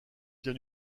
vient